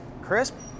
crisp